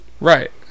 right